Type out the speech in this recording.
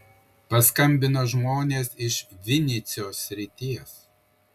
paskambino žmonės iš vinycios srities